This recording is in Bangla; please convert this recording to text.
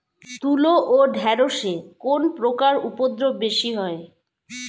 তুলো ও ঢেঁড়সে কোন পোকার উপদ্রব বেশি হয়?